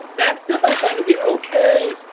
that stuff i find to be ok.